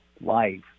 life